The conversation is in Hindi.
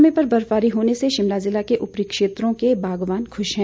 समय पर बर्फबारी होने से शिमला जिले के उपरी क्षेत्रों के बागवान खुश हैं